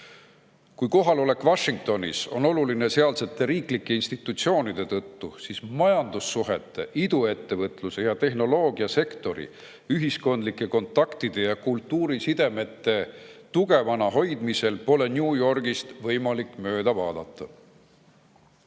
Kui kohalolek Washingtonis on oluline sealsete riiklike institutsioonide tõttu, siis majandussuhete, iduettevõtluse ja tehnoloogiasektori, ühiskondlike kontaktide ja kultuurisidemete tugevana hoidmisel pole New Yorgist võimalik mööda vaadata."